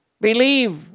believe